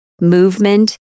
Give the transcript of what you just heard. movement